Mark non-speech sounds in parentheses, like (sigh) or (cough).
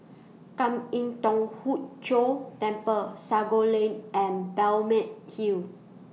Kwan Im Thong Hood Cho Temple Sago (unintelligible) and Balmeg Hill